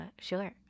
sure